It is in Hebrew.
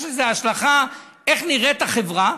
יש לזה השלכה איך נראית החברה,